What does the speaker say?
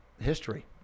history